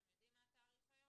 אתם יודעים מה התאריך היום?